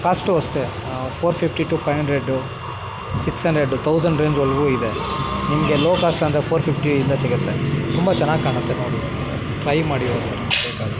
cost ಅಷ್ಟೆ four fifty to five hundred six hundred thousand range ಒಳಗೂ ಇದೆ ನಿಮಗೆ ಲೋ ಕಾಸ್ಟ್ ಅಂದರೆ ಫೋರ್ ಫಿಫ್ಟಿಯಿಂದ ಸಿಗುತ್ತೆ ತುಂಬ ಚೆನ್ನಾಗ್ ಕಾಣುತ್ತೆ ನೋಡಿ ಟ್ರೈ ಮಾಡಿ ಒನ್ಸಲ ಗೊತಾಗತ್ತೆ